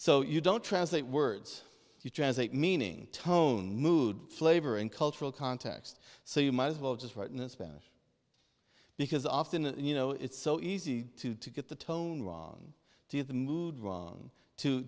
so you don't translate words you translate meaning tone mood flavor and cultural context so you might as well just write in a spanish because often you know it's so easy to to get the tone wrong to get the mood wrong to